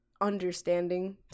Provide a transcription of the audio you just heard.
understanding